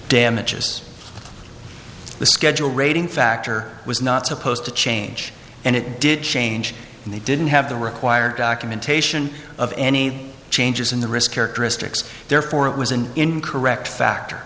damages the schedule rating factor was not supposed to change and it did change and they didn't have the required documentation of any changes in the risk characteristics therefore it was an incorrect factor